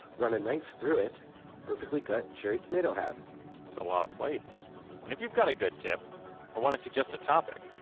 run a knife through it perfectly cut cherry tomato halves that's a lot of plates and if you've got a good tip or want to suggest a topic,